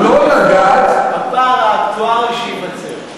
איפה הפער האקטוארי שייווצר?